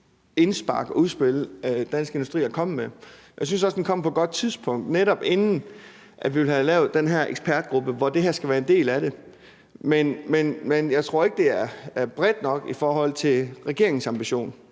indspark og udspil, Dansk Industri er kommet med. Jeg synes også, det kommer på et godt tidspunkt, netop inden vi ville have lavet den her ekspertgruppe, hvor det her skal være en del af det. Men jeg tror ikke, det er bredt nok i forhold til regeringens ambition.